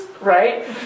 right